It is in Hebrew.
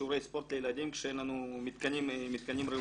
שיעורי ספורט לילדים כשאין לנו מתקנים ראויים?